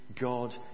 God